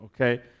okay